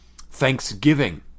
Thanksgiving